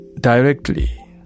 directly